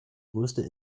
größte